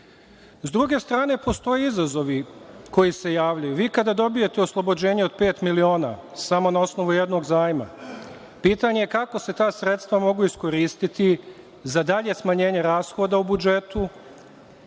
druge strane, postoje izazovi koji se javljaju. Vi kada dobijete oslobođenje od pet miliona samo na osnovu jednog zajma, pitanje je kako se ta sredstva mogu iskoristiti za dalje smanjenje rashoda u budžetu